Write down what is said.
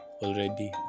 already